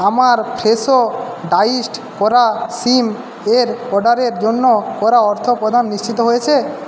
আমার Fresho diced করা শিম এর অর্ডারের জন্য করা অর্থপ্রদান নিশ্চিত হয়েছে